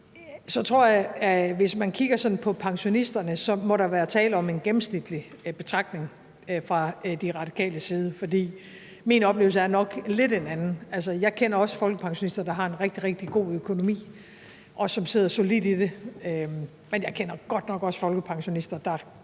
Så tror jeg, at hvis man sådan kigger på pensionisterne, må der være tale om en gennemsnitlig betragtning fra De Radikales side, for min oplevelse er nok lidt en anden. Altså, jeg kender også folkepensionister, der har en rigtig, rigtig god økonomi, og som sidder solidt i det, men jeg kender godt nok også folkepensionister, der